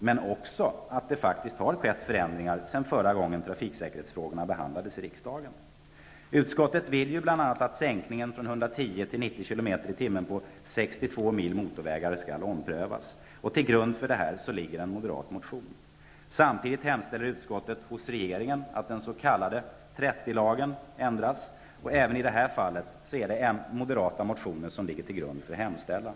Men det har också skett förändringar sedan förra gången trafiksäkerhetsfrågorna behandlades i riksdagen. km tim på 62 mil motorvägar skall omprövas. Till grund för detta ligger en moderat motion. Samtidigt hemställer utskottet hos regeringen att den s.k. 30-lagen ändras. Även i detta fall är det moderata motioner som ligger till grund för hemställan.